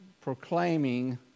proclaiming